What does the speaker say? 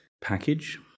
package